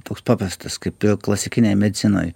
toks paprastas kaip ir klasikinėj medicinoj